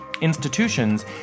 institutions